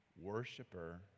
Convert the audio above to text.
worshiper